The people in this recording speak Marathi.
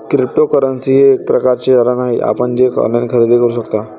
क्रिप्टोकरन्सी हे एक प्रकारचे चलन आहे जे आपण ऑनलाइन खरेदी करू शकता